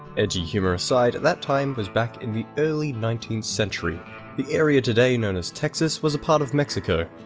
edgy humor aside, that time was back in the early nineteenth century the area today known as texas was a part of mexico,